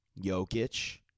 Jokic